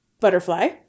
butterfly